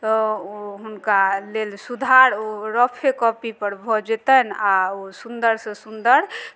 तऽ ओ हुनका लेल सुधार ओ रफे कॉपीपर भऽ जयतनि आ ओ सुन्दरसँ सुन्दर